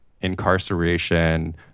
incarceration